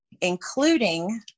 including